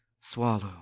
swallow